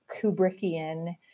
Kubrickian